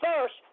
first